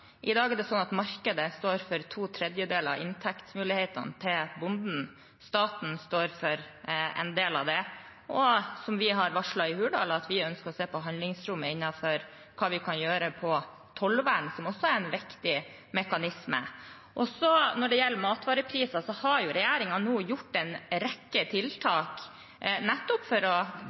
I dag er det sånn at markedet står for to tredjedeler av inntektsmulighetene til bonden. Staten står for en del av det. Som vi har varslet i Hurdalsplattformen, ønsker vi å se på handlingsrommet for hva vi kan gjøre på tollvern, som også er en viktig mekanisme. Når det gjelder matvarepriser, har regjeringen nå gjort en rekke tiltak for nettopp å dempe de økte kostnadene, både for